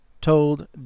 told